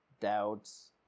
doubts